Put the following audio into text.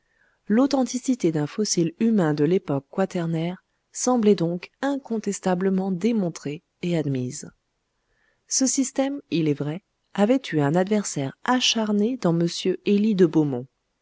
l'authenticité d'un fossile humain de l'époque quaternaire semblait donc incontestablement démontrée et admise ce système il est vrai avait eu un adversaire acharné dans m élie de beaumont